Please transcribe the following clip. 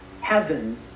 heaven